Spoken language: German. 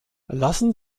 lassen